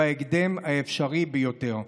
ובהקדם האפשרי ביותר.